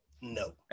No